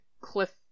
cliff